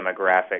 demographic